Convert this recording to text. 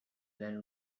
then